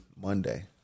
Monday